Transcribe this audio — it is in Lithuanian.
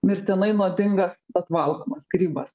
mirtinai nuodingas bet valgomas grybas